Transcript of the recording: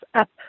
up